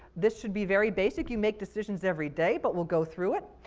this should be very basic. you make decisions every day, but we'll go through it.